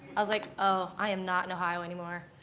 i was like, oh, i am not in ohio anymore.